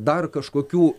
dar kažkokių